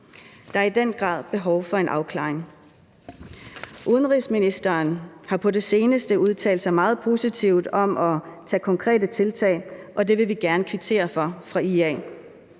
Der er i den grad behov for en afklaring. Udenrigsministeren har på det seneste udtalt sig meget positivt om at tage konkrete tiltag, og det vil vi gerne kvittere for fra IA's